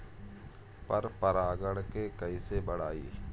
पर परा गण के कईसे बढ़ाई?